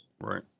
Right